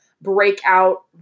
breakout